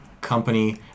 company